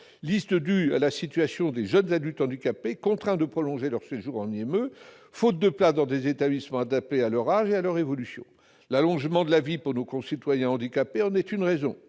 sont dues à la situation des jeunes adultes handicapés, contraints de prolonger leur séjour en IME, faute de places dans des établissements adaptés à leur âge et à leur évolution. L'allongement de la vie pour nos concitoyens handicapés en est une raison.